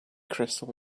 crystal